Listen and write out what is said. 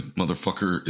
motherfucker